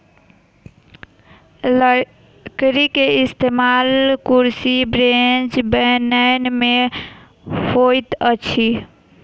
लकड़ी के इस्तेमाल कुर्सी मेज बनबै में होइत अछि